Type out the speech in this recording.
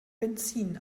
benzin